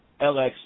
LX